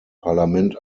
parlament